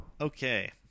Okay